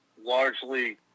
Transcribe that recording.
largely